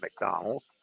McDonald's